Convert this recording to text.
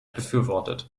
befürwortet